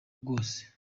bwose